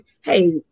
hey